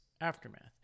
aftermath